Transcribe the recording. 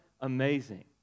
amazing